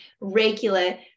regular